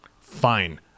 Fine